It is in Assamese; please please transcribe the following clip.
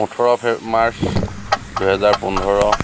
ওঠৰ ফে মাৰ্চ দুহেজাৰ পোন্ধৰ